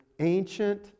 ancient